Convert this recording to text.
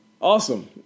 Awesome